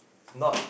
not